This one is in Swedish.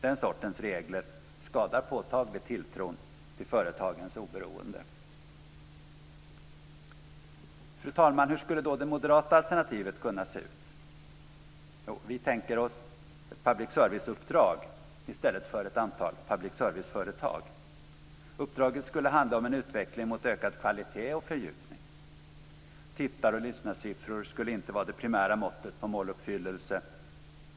Den sortens regler skadar påtagligt tilltron till företagens oberoende. Fru talman! Hur skulle då det moderata alternativet kunna se ut? Vi tänker oss ett public serviceuppdrag i stället för ett antal public service-företag. Uppdraget skulle handla om en utveckling mot ökad kvalitet och fördjupning. Tittar och lyssnarsiffror skulle inte vara det primära måttet på måluppfyllelse.